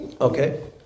Okay